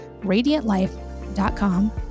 radiantlife.com